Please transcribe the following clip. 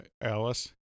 Alice